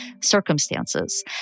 circumstances